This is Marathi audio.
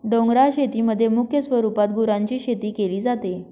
डोंगराळ शेतीमध्ये मुख्य स्वरूपात गुरांची शेती केली जाते